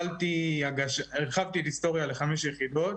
הרחבתי בהיסטוריה לחמש יחידות,